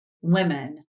women